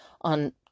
on